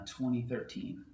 2013